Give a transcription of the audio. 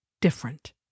different